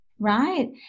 right